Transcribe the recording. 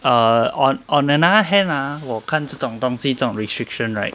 err on on another hand ah 我看这种东西这种 restriction right